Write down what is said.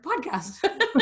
podcast